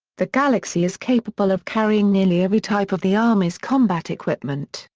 the galaxy is capable of carrying nearly every type of the army's combat equipment,